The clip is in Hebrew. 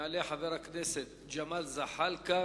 יעלה חבר הכנסת ג'מאל זחאלקה,